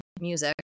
music